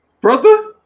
brother